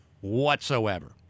whatsoever